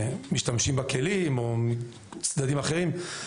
המשתמשים בכלים או צדדים אחרים,